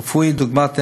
רפואי דוגמת MRI,